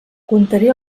contaré